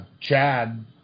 Chad